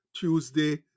Tuesday